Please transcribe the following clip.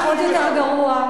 תמך, עוד יותר גרוע.